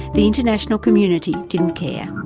the international community didn't care.